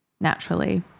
naturally